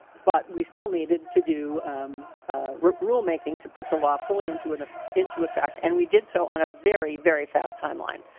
but we still needed to rulemaking to put the lawfully into enough into effect and we did so on a very very fast time line.